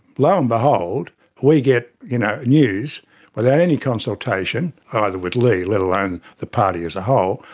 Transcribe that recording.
lo and behold we get you know news without any consultation, either with lee let alone the party as a whole,